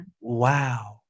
Wow